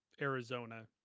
Arizona